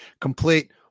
complete